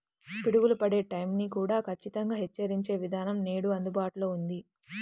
పిడుగులు పడే టైం ని కూడా ఖచ్చితంగా హెచ్చరించే విధానం నేడు అందుబాటులో ఉంది